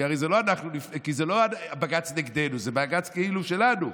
כי הרי זה לא בג"ץ נגדנו, זה בג"ץ כאילו שלנו.